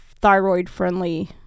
thyroid-friendly